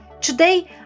Today